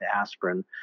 aspirin